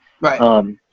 Right